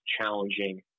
challenging